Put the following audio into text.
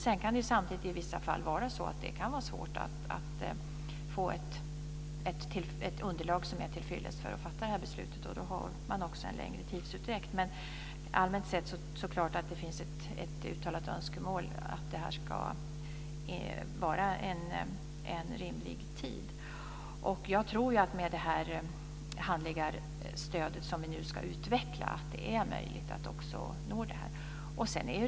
Sedan kan det i vissa fall vara svårt att få ett underlag som är tillfyllest för att man ska kunna fatta beslut. Då blir det en längre tidsutdräkt. Allmänt sett finns det ett uttalat önskemål att det ska vara en rimlig tid. Jag tror att det med det handläggarstöd som vi nu ska utveckla är möjligt att nå detta.